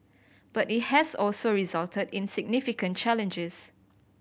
but it has also resulted in significant challenges